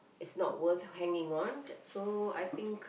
it's not worth hanging on so I think